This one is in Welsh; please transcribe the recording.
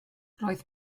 roedd